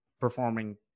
performing